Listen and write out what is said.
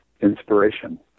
Inspiration